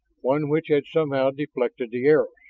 one which had somehow deflected the arrows.